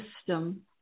system